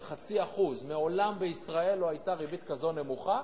של 0.5%. מעולם בישראל לא היתה ריבית כזו נמוכה,